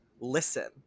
listen